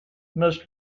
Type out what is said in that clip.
most